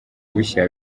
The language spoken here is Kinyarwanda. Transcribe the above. bushya